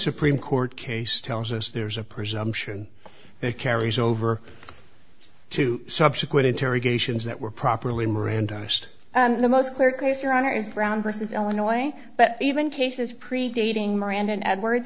supreme court case tells us there's a presumption that carries over to subsequent interrogations that were properly mirandized and the most clear case your honor is brown versus illinois but even cases predating miranda and edwards